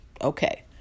okay